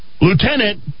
Lieutenant